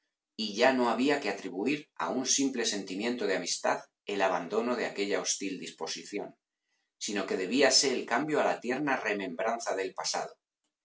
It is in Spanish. y ya no había que atribuir a un simple sentimiento de amistad el abandono de aquella hostil disposición sino que debíase el cambio a la tierna remembranza del pasado